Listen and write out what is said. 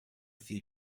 few